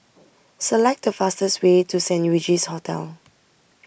select the fastest way to Saint Regis Hotel